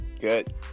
good